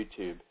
YouTube